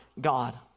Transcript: God